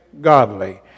godly